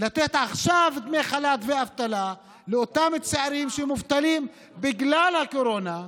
להתחיל לתת עכשיו דמי חל"ת ואבטלה לאותם צעירים שמובטלים בגלל הקורונה,